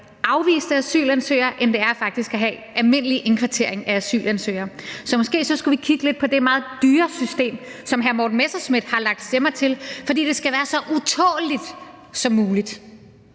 afviste asylansøgere, end det faktisk er at have almindelig indkvartering af asylansøgere. Så måske skulle vi kigge lidt på det meget dyrere system, som hr. Morten Messerschmidt har lagt stemmer til, fordi det skal være så utåleligt som muligt.